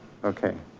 okay.